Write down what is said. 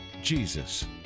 Jesus